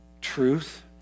truth